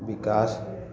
विकास